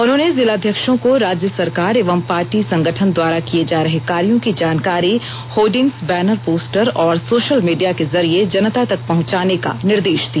उन्होंने जिलाध्यक्षों को राज्य सरकार एवं पार्टी संगठन द्वारा किये जा रहे कार्यों की जानकारी होडिंग्स बैनर पोस्टर और सोशल मीडिया के जरिये जनता तक पहुंचाने का निर्देष दिया